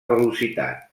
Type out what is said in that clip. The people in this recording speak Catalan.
velocitat